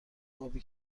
آبی